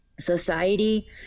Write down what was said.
society